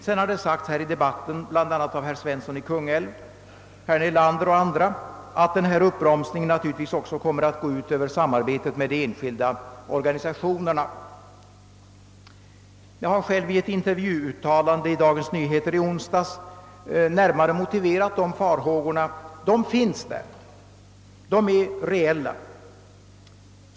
Det har framhållits här i debatten, bl.a. av herr Svensson i Kungälv, herr Nelander och andra, att uppbromsningen naturligtvis också kommer att gå ut över samarbetet med de enskilda organisationerna. Jag har själv i ett intervjuuttalande i Dagens Nyheter i onsdags närmare motiverat dessa farhågor — de finns, de är reella.